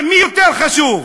מה, מי יותר חשוב,